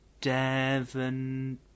Devon